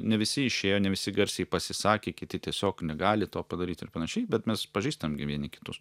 ne visi išėjo ne visi garsiai pasisakė kiti tiesiog negali to padaryt ir panašiai bet mes pažįstam gi vieni kitus